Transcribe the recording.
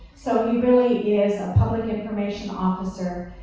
so he really is a public information officer,